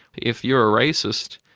if you're a racist,